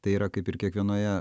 tai yra kaip ir kiekvienoje